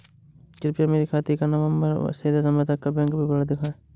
कृपया मेरे खाते का नवम्बर से दिसम्बर तक का बैंक विवरण दिखाएं?